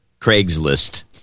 Craigslist